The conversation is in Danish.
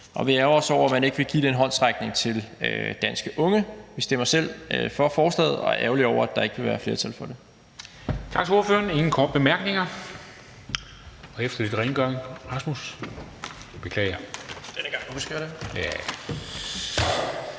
Og vi ærgrer os over, at man ikke vil give den håndsrækning til danske unge. Vi stemmer selv for forslaget og er ærgerlige over, at der ikke vil være flertal for det.